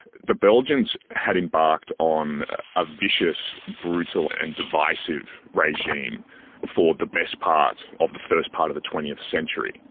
the belgians had embarked on a vicious, brutal and divisive regime for the best part of the first part of the twentieth century.